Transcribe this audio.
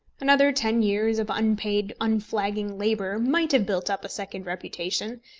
another ten years of unpaid unflagging labour might have built up a second reputation.